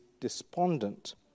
despondent